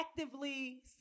actively